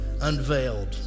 unveiled